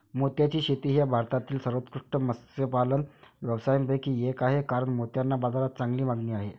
मोत्याची शेती हा भारतातील सर्वोत्कृष्ट मत्स्यपालन व्यवसायांपैकी एक आहे कारण मोत्यांना बाजारात चांगली मागणी आहे